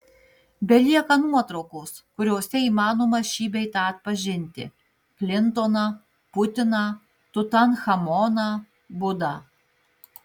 belieka nuotraukos kuriose įmanoma šį bei tą atpažinti klintoną putiną tutanchamoną budą